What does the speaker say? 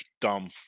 Dumb